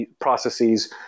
processes